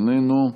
איננו,